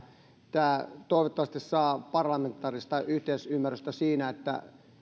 tämä toivottavasti saa parlamentaarista yhteisymmärrystä siinä että